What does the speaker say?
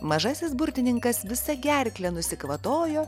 mažasis burtininkas visa gerkle nusikvatojo